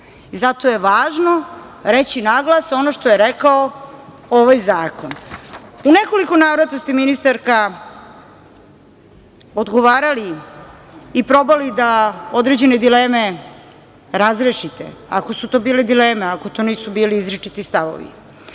Zato je važno reći na glas ono što je rekao ovaj zakon.U nekoliko navrata ste, ministarka, odgovarali i probali da određene dileme razrešite, ako su to bile dileme, ako to nisu bili izričiti stavovi.